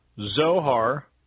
Zohar